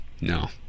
No